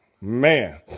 Man